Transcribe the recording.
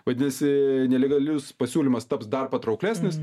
vadinasi nelegalius pasiūlymas taps dar patrauklesnis